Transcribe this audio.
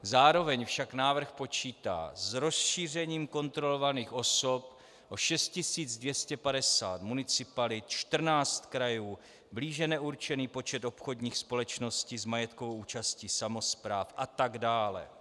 Zároveň však návrh počítá s rozšířením kontrolovaných osob o 6 250 municipalit, 14 krajů, blíže neurčený počet obchodních společností s majetkovou účastí samospráv atd.